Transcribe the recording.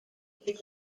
its